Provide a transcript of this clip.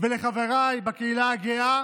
נא לסכם חבר הכנסת גינזבורג.